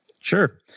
Sure